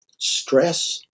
Stress